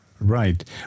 Right